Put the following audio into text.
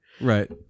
Right